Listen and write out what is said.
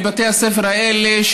לבתי הספר האלה,